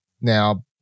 now